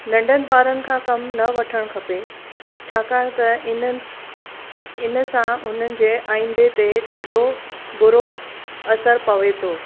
नंढनि ॿारनि खां कमु न वठणु खपे छाकाणि त हिननि इनसां हुननि जे आईंदे ते ॾाढो बुरो असरु पवे थो